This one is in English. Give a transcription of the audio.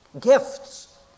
Gifts